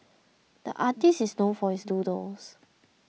the artist is known for his doodles